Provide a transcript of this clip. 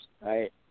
right